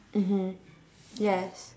mmhmm yes